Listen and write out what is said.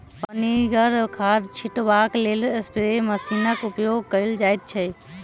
पनिगर खाद छीटबाक लेल स्प्रे मशीनक उपयोग कयल जाइत छै